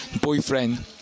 boyfriend